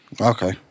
Okay